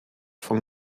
von